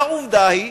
והעובדה היא,